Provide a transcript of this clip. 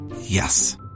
Yes